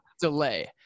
delay